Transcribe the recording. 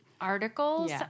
articles